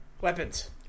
Weapons